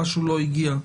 משהו לא הגיע.